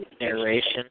narration